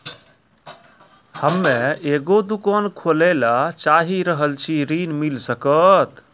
हम्मे एगो दुकान खोले ला चाही रहल छी ऋण मिल सकत?